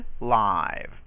live